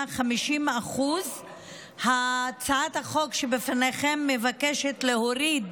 50%. הצעת החוק שבפניכם מבקשת להוריד